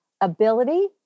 ability